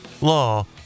law